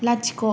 लाथिख'